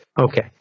Okay